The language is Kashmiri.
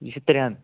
یہِ چھُ ترٛٮ۪ن